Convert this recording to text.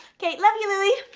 kay, love you lilly!